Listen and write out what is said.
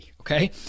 Okay